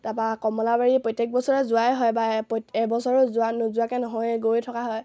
তাৰপৰা কমলাবাৰী প্ৰত্যেক বছৰে যোৱাই হয় বা প্ৰত্যেক এবছৰত যোৱা নোযোৱাকৈ নহয় গৈয়ে থকা হয়